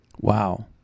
Wow